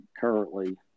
currently